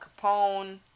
Capone